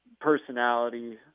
personality